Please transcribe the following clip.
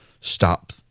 stop